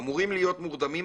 הם אמורים להיות מורדמים,